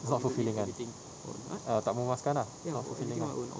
it's not fulfilling kan ah tak memuaskan lah not fulfilling ah